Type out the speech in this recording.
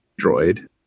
droid